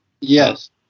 Yes